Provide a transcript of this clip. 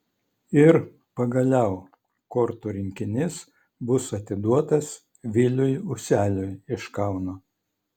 ir pagaliau kortų rinkinys bus atiduotas viliui useliui iš kauno